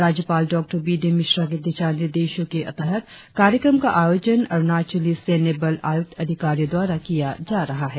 राज्यपाल डॉ B D Mishra के दिशा निर्देश के तहत कार्यक्रम का आयोजन अरुणाचली सेन्य बल आयुक्त अधिकारियो द्वारा किया जा रहा है